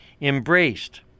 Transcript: embraced